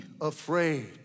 afraid